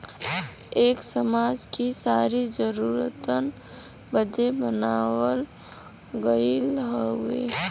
एक समाज कि सारी जरूरतन बदे बनाइल गइल हउवे